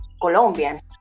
Colombian